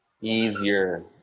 Easier